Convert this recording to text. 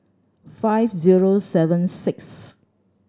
five zero seven six